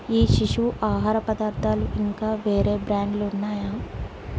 ఈ శిశువు ఆహార పదార్థాలు ఇంకా వేరే బ్రాండ్లు ఉన్నాయా